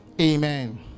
Amen